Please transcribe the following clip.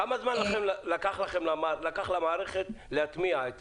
כמה זמן לקח למערכת להטמיע?